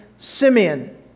Simeon